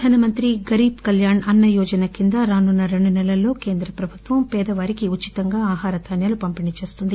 ప్రధాన మంత్రి గరీట్ కల్యాణ్ అన్న యోజన కింద రానున్న రెండు సెలల్లో కేంద్రప్రభుత్వం పేదవారికి ఉచితంగా ఆహార ధాన్యాలు పంపిణీ చేస్తుంది